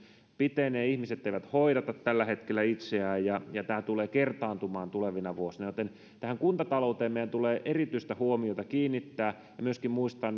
pitenevät ihmiset eivät tällä hetkellä hoidata itseään ja ja tämä tulee kertaantumaan tulevina vuosina joten tähän kuntatalouteen meidän tulee erityistä huomiota kiinnittää ja myöskin muistaa